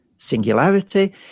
singularity